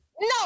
No